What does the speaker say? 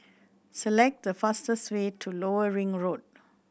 select the fastest way to Lower Ring Road